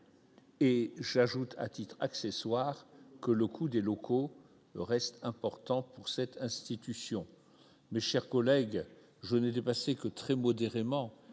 Et j'ajoute, à titre accessoire que le coût des locaux restent importants pour cette institution mais, chers collègues, je n'est dépassé que très modérément.